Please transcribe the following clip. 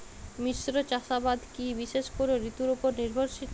মিশ্র চাষাবাদ কি বিশেষ কোনো ঋতুর ওপর নির্ভরশীল?